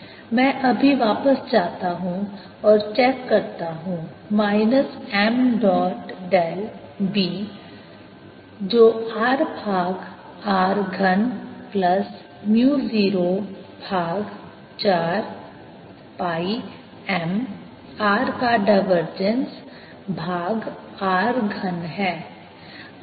संदर्भ समय 0556 मैं अभी वापस जाता हूं और चेक करता हूं minus m dot del B जो r भाग r घन प्लस म्यू 0 भाग 4 पाई m r का डायवर्जेंस भाग r घन है